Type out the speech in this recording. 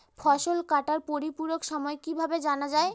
ফসল কাটার পরিপূরক সময় কিভাবে জানা যায়?